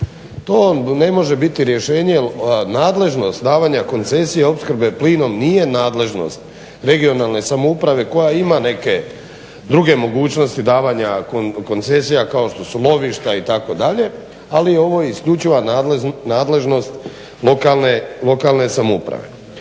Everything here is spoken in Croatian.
vam ne može biti rješenje jel nadležnost davanja koncesije opskrbe plinom nije nadležnost regionalne samouprave koja ima neke druge mogućnosti davanja koncesija kao što su lovišta itd., ali je ovo isključiva nadležnost lokalne samouprave.